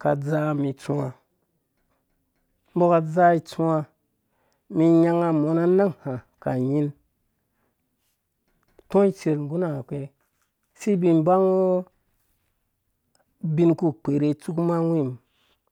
ka adzaa umum itsuw umbɔ aka adzaa itsuwaumum inyanga umɔna anang ha ukanying itɔ itsɛr ngguna ake isi ibvui inbangu ubin uku ukpere itsukum na angwimum,